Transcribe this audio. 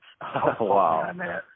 wow